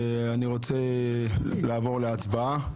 אני רוצה לעבור להצבעה.